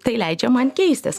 tai leidžia man keistis